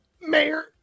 Mayor